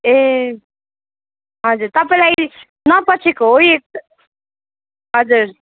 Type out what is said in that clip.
ए हजुर तपाईँलाई नपचेको हो यो हजुर